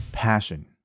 passion